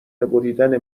بریدن